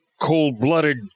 cold-blooded